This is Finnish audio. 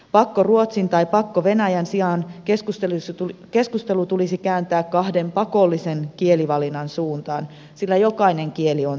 pakkoruotsin tai pakkovenäjän sijaan keskustelu tulisi kääntää kahden pakollisen kielivalinnan suuntaan sillä jokainen kieli on tärkeä